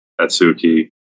Atsuki